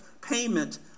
payment